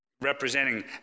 representing